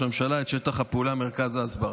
הממשלה את שטח הפעולה: מרכז ההסברה.